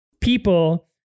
people